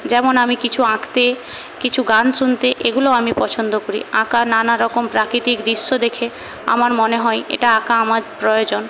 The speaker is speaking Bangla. যেমন আমি কিছু আঁকতে কিছু গান শুনতে এগুলো আমি পছন্দ করি আঁকার নানারকম প্রাকৃতিক দৃশ্য দেখে আমার মনে হয় এটা আঁকা আমার প্রয়োজন